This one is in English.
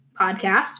podcast